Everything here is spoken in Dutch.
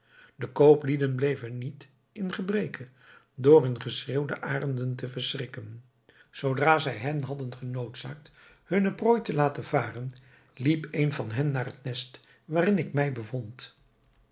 de kooplieden bleven niet in gebreke door hun geschreeuw de arenden te verschrikken zoodra zij hen hadden genoodzaakt hunne prooi te laten varen liep een van hen naar het nest waarin ik mij bevond